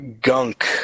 gunk